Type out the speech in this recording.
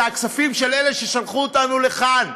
אלה הכספים ששלחו אותנו לכאן,